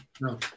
No